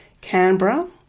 Canberra